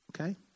Okay